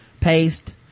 paste